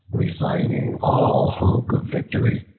resigning all hope of victory,